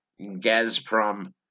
Gazprom